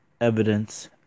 evidence